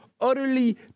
utterly